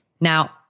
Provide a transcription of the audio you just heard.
Now